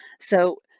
so